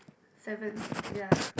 seven ya